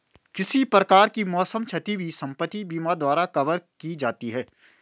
किसी प्रकार की मौसम क्षति भी संपत्ति बीमा द्वारा कवर की जाती है